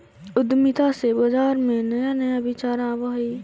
उद्यमिता से बाजार में नया नया विचार आवऽ हइ